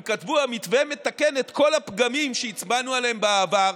הם כתבו: המתווה מתקן את כל הפגמים שהצבענו עליהם בעבר,